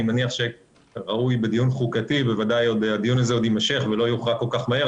אני מניח שבוודאי הדיון הזה עוד יימשך ולא יוכרע כל כך מהר,